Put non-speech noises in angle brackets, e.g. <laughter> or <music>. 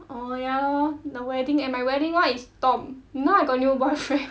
orh ya lor the wedding at my wedding [one] is tom now I got new boyfriend <laughs>